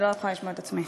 אני לא אוכל לשמוע את עצמי.